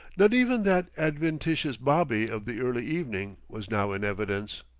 not even that adventitous bobby of the early evening was now in evidence.